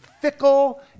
fickle